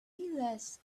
less